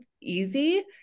easy